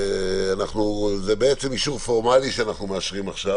למעשה, אנחנו מאשרים עכשיו